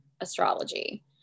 astrology